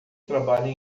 trabalha